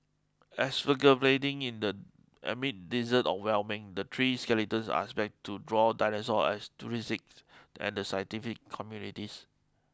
excavated in the amid desert of Wyoming the three skeletons are expect to draw dinosaur enthusiasts and the scientific communities